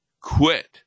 quit